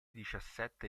diciassette